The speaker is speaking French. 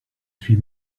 suis